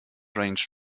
ranged